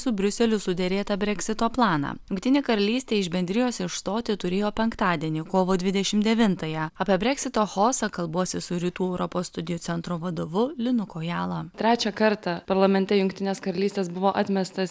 su briuseliu suderėtą breksito planą jungtinė karalystė iš bendrijos išstoti turėjo penktadienį kovo dvidešim devintąją apie breksito chaosą kalbuosi su rytų europos studijų centro vadovu linu kojala trečią kartą parlamente jungtinės karalystės buvo atmestas